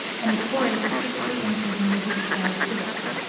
and the tories were secretly intriguing with the exiled stuarts.